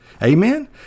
amen